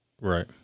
Right